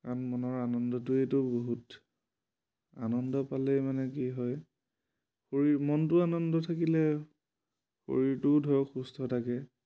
কাৰণ মনৰ আনন্দটোৱেইতো বহুত আনন্দ পালে মানে কি হয় শৰীৰ মনটো আনন্দ থাকিলে শৰীৰটোও ধৰক সুস্থ থাকে